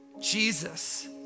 Jesus